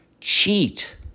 cheat